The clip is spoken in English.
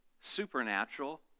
supernatural